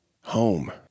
Home